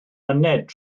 myned